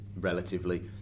relatively